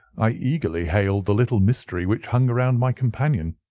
i eagerly hailed the little mystery which hung around my companion,